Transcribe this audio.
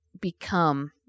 become